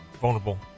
vulnerable